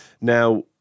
Now